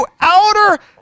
outer